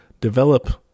develop